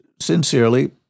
sincerely